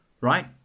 right